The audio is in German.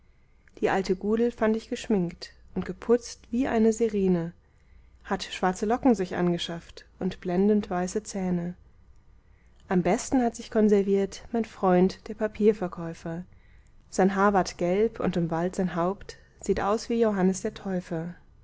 die alte gudel fand ich geschminkt und geputzt wie eine sirene hat schwarze locken sich angeschafft und blendendweiße zähne am besten hat sich konserviert mein freund der papierverkäufer sein haar ward gelb und umwallt sein haupt sieht aus wie johannes der täufer